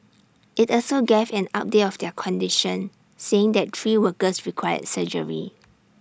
IT also gave an update of their condition saying that three workers required surgery